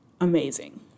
Amazing